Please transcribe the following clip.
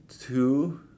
two